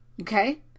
okay